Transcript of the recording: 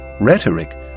rhetoric